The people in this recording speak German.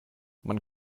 man